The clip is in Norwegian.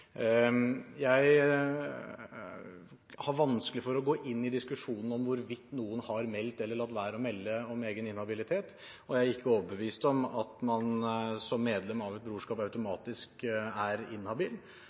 Jeg har vanskelig for å gå inn i diskusjonen om hvorvidt noen har meldt eller latt være å melde om egen inhabilitet, og jeg er ikke overbevist om at man som medlem av et brorskap